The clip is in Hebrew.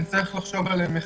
וצריך לחשוב עליהן מחדש.